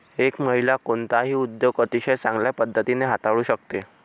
एक महिला कोणताही उद्योग अतिशय चांगल्या पद्धतीने हाताळू शकते